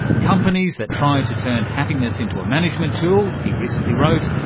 companies that try to turn happiness into a management tool he recently wrote,